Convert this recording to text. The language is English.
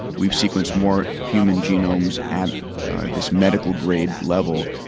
we've sequenced more human genomes at this medical grade level,